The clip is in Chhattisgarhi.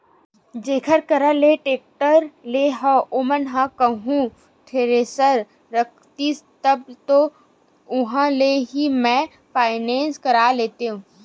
जेखर करा ले टेक्टर लेय हव ओमन ह कहूँ थेरेसर रखतिस तब तो उहाँ ले ही मैय फायनेंस करा लेतेव